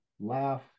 laugh